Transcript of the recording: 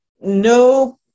No